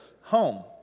home